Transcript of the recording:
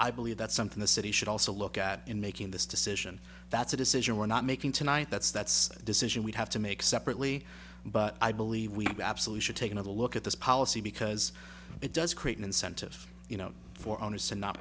i believe that's something the city should also look at in making this decision that's a decision we're not making tonight that's that's a decision we have to make separately but i believe we have absolution taken a look at this policy because it does create an incentive you know for owners to not